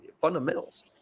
fundamentals